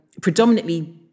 predominantly